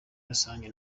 rusange